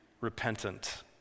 repentant